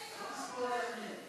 לא משמאל לימין.